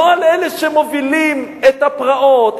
לא על אלה שמובילים את הפרעות,